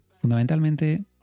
Fundamentalmente